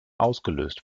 ausgelöst